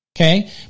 okay